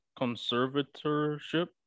conservatorship